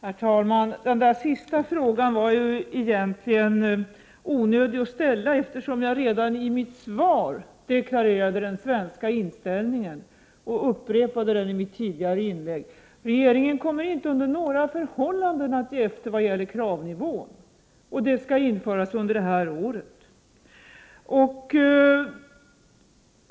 Herr talman! Den sista frågan var egentligen onödig eftersom jag redan i mitt svar deklarerade den svenska inställningen och upprepade den i ett annat inlägg. Regeringen kommer inte under några förhållanden att ge efter när det gäller kravnivån, och denna kravnivå skall införas under detta år.